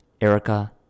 Erica